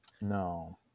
no